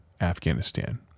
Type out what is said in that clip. Afghanistan